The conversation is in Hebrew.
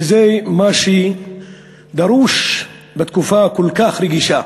וזה מה שדרוש בתקופה כל כך רגישה.